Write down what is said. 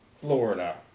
Florida